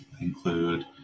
include